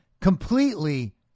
completely